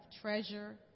treasure